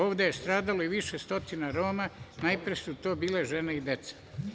Ovde je stradalo i više stotina Roma, najpre su to bile žene i deca.